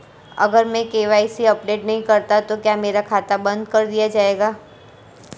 अगर मैं KYC update नहीं करता तो क्या मेरा खाता बंद कर दिया जाएगा?